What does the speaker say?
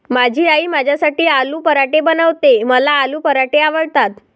माझी आई माझ्यासाठी आलू पराठे बनवते, मला आलू पराठे आवडतात